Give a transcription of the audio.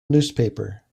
newspaper